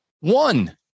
one